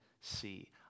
see